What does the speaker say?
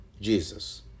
Jesus